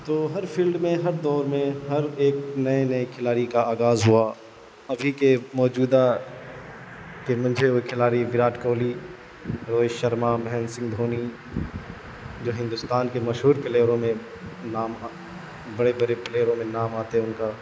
تو ہر فیلڈ میں ہر دور میں ہر ایک نئے نئے کھلاڑی کا آغاز ہوا ابھی کے موجودہ کے منجھے ہوئے کھلاڑی وراٹ کوہلی روہت شرما مہیندر سنگھ دھونی جو ہندوستان کے مشہور پلیئروں میں نام بڑے بڑے پلیئروں میں نام آتے ہے ان کا